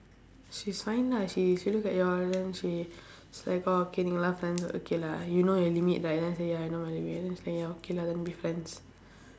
she's fine lah she she look at you all then she's like orh last time okay lah you know your limit right then I said ya I know my limit then it's like ya okay lah then be friends